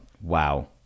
Wow